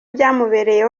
byamubereye